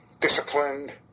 disciplined